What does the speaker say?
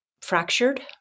fractured